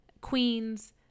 queens